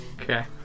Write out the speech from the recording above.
okay